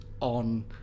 on